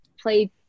play